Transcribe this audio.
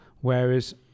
whereas